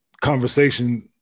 conversation